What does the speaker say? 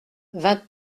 vingt